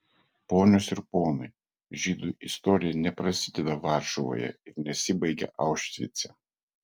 ponios ir ponai žydų istorija neprasideda varšuvoje ir nesibaigia aušvice